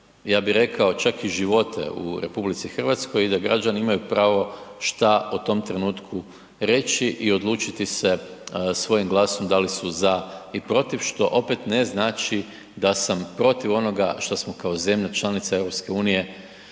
ja bih rekao čak i živote u RH i da građani imaju pravo šta o tom trenutku reći i odlučiti se svojim glasom da li su za i protiv što opet ne znači da sam protiv onoga što smo kao zemlja članica EU